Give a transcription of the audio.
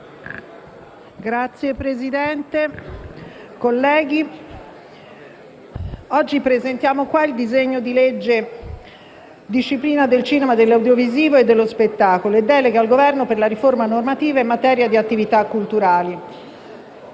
Signor Presidente, colleghi, presentiamo il disegno di legge recante disciplina del cinema, dell'audiovisivo e dello spettacolo e deleghe al Governo per la riforma normativa in materia di attività culturali